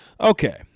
Okay